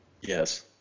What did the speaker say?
Yes